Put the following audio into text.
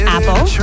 Apple